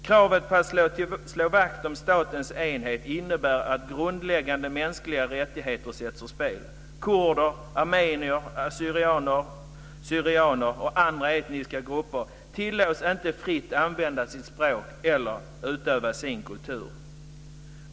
Kravet på att till varje pris slå vakt om statens enhet innebär att grundläggande mänskliga rättigheter sätts ur spel. Kurder, armenier, assyrier/syrianer och andra etniska grupper tillåts inte fritt använda sitt språk eller fritt utöva sin kultur.